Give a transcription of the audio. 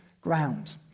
ground